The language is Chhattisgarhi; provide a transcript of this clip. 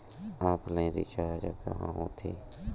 ऑफलाइन रिचार्ज कहां होथे?